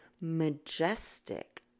majestic